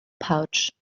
pouch